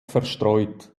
verstreut